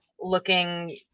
looking